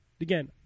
again